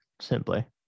simply